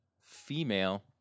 female